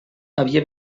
havia